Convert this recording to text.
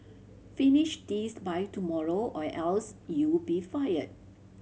finish this by tomorrow or else you'll be fired